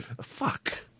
Fuck